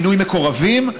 מינוי מקורבים,